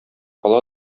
ала